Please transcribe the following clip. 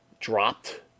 dropped